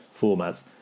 formats